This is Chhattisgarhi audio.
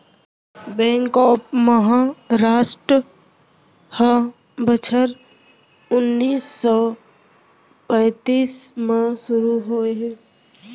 बेंक ऑफ महारास्ट ह बछर उन्नीस सौ पैतीस म सुरू होए हे